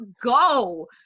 go